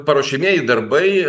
paruošiamieji darbai